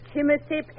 Timothy